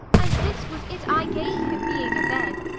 and this was it i gave him, being abed.